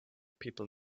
people